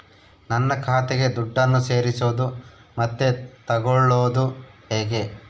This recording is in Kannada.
ನನ್ನ ಖಾತೆಗೆ ದುಡ್ಡನ್ನು ಸೇರಿಸೋದು ಮತ್ತೆ ತಗೊಳ್ಳೋದು ಹೇಗೆ?